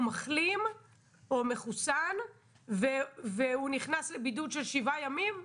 הוא מחלים או מחוסן והוא נכנס לבידוד של שבעה ימים?